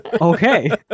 Okay